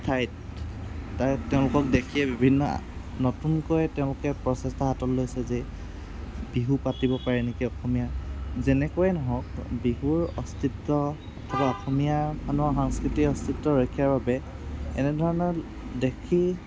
ঠাইত তাৰ তেওঁলোকক দেখিয়ে বিভিন্ন নতুনকৈ তেওঁলোকে প্ৰচেষ্টা হাতত লৈছে যে বিহু পাতিব পাৰি নেকি অসমীয়া যেনেকৈয়ে নহওঁক বিহুৰ অস্তিত্ব বা অসমীয়া মানুহৰ সংস্কৃতি অস্তিত্ব ৰক্ষাৰ বাবে এনেধৰণৰ দেখি